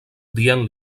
dient